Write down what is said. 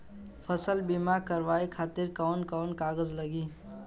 फसल बीमा करावे खातिर कवन कवन कागज लगी?